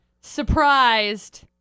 surprised